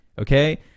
Okay